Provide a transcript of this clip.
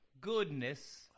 goodness